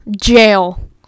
Jail